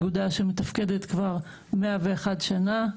אגודה שמתפקדת כבר 101 שנה.